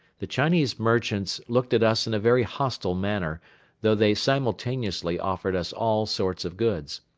the chinese merchants looked at us in a very hostile manner though they simultaneously offered us all sorts of goods,